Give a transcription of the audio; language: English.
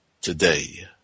today